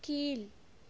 கீழ்